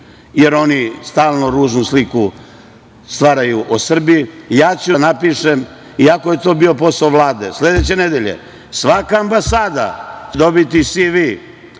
jer oni stalno ružnu sliku stvaraju o Srbiji. Ja ću da napišem, iako je to bio posao Vlade, sledeće nedelje svaka ambasada će dobiti CV